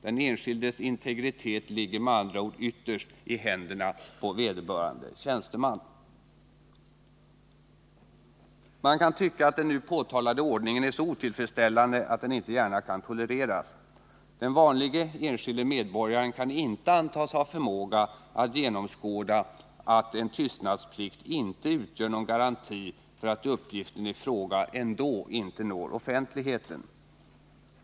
Den enskildes integritet ligger med andra ord ytterst i händerna på vederbörande tjänsteman. Man kan tycka att den nu påtalade ordningen är så otillfredsställande att den inte gärna kan tolereras. Den vanlige enskilde medborgaren kan inte antas ha förmåga att genomskåda att en tystnadsplikt inte utgör någon garanti för att uppgiften i fråga inte ändå når offentligheten.